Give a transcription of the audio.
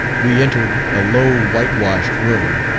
we entered a low whitewashed room,